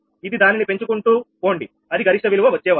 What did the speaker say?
ఇది దాని ని పెంచుకుంటూపోండి అది గరిష్ట విలువ వచ్చేవరకు